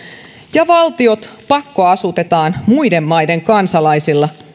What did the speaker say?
ja valtiot pakkoasutetaan muiden maiden kansalaisilla